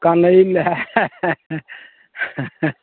कनेर है